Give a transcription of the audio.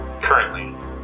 currently